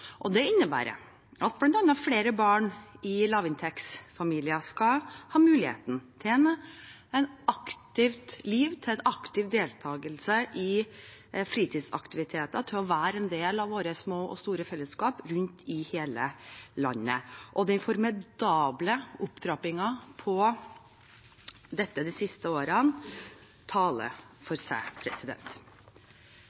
Folkeparti. Det innebærer bl.a. at flere barn i lavinntektsfamilier skal ha muligheten til å leve et aktivt liv med aktiv deltakelse i fritidsaktiviteter og til å være en del av våre små og store fellesskap rundt i hele landet. Den formidable opptrappingen på dette de siste årene taler for